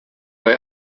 bei